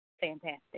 fantastic